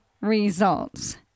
results